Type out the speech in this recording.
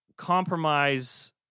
compromise